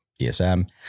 dsm